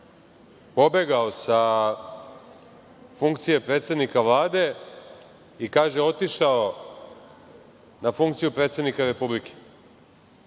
pobegao sa funkcije predsednika Vlade, i kaže – otišao na funkciju predsednika Republike.